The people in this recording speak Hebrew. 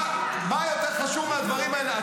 מה יותר חשוב מהדברים האלה?